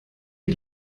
die